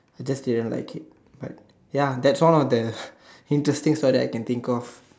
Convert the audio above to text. I just didn't like it like ya that's all on this interesting story I can think of